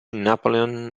napoleon